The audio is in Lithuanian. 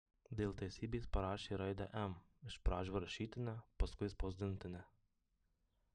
dėl teisybės parašė raidę m iš pradžių rašytinę paskui spausdintinę